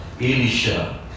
Elisha